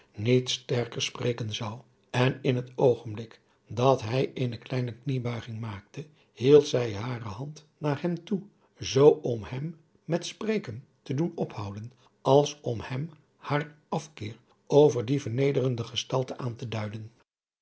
niet sterker spreken zou en in het oogenblik dat hij eene kleine kniebuiging maakte hield zij hare hand naar hem toe zoo om hem met spreken te doen ophouden als om hem haar afkeer over die vernederende gestalte aan te duiden